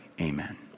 amen